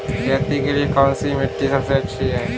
खेती के लिए कौन सी मिट्टी सबसे अच्छी है?